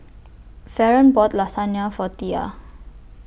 Faron bought Lasagne For Tia